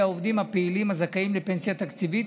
העובדים הפעילים הזכאים לפנסיה תקציבית,